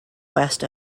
west